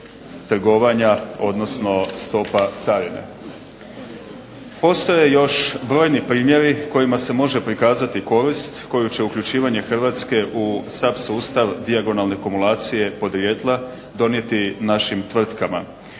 trgovanja odnosno stopa carine. Postoje još brojni primjeri kojima se može prikazati korist koju će uključivanje Hrvatske u SAP sustav dijagonalne kumulacije podrijetla donijeti našim tvrtkama.